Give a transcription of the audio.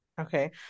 Okay